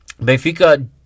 Benfica